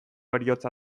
heriotza